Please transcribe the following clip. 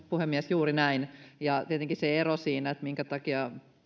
puhemies juuri näin tietenkin se minkä takia